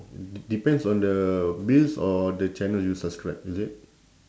d~ depends on the bills or the channel you subscribe is it